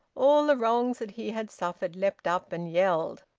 all the wrongs that he had suffered leaped up and yelled.